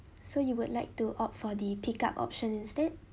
so you would like to opt for the pick up option instead